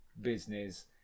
business